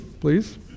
please